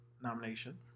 Nomination